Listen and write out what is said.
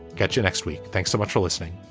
catch you next week. thanks so much for listening